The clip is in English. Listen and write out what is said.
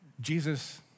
Jesus